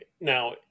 Now